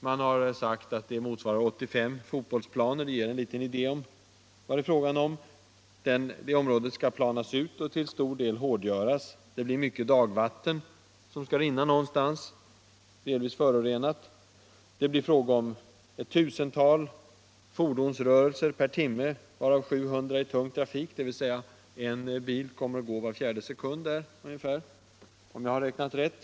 Man har sagt att det motsvarar 85 fotbollsplaner, och det ger ju en föreställning om vad det här är fråga om. Det området skall alltså planas ut och till stor del hårdgöras. Det betyder stora mängder dagvatten, delvis förorenat, som skall rinna någonstans. Det blir också fråga om ett tusental fordonsrörelser per timme, varav 700 i tung trafik, dvs. att en bil kommer att köra här ungefär var fjärde sekund, om jag har räknat rätt.